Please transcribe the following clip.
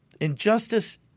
injustice